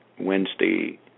Wednesday